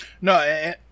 No